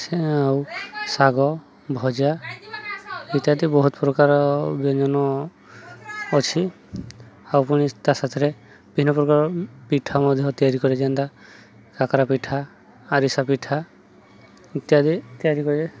ସେ ଆଉ ଶାଗ ଭଜା ଇତ୍ୟାଦି ବହୁତ ପ୍ରକାର ବ୍ୟଞ୍ଜନ ଅଛି ଆଉ ପୁଣି ତା'ସାଥିରେ ବିଭିନ୍ନ ପ୍ରକାର ପିଠା ମଧ୍ୟ ତିଆରି କରେ ଯେନ୍ତା କାକରା ପିଠା ଆରିସା ପିଠା ଇତ୍ୟାଦି ତିଆରି କରେ